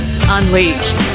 Unleashed